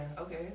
okay